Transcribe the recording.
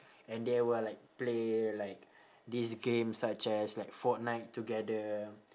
and they will like play like this game such as like fortnite together